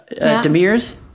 Demirs